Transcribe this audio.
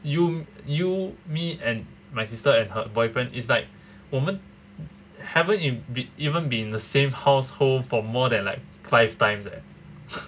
you you me and my sister and her boyfriend is like 我们 haven't in be~ even been in the same household for more than like five times leh